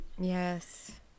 Yes